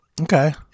okay